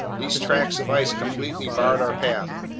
these tracts of ice completely barred our path.